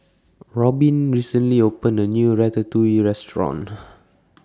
Robin recently opened A New Ratatouille Restaurant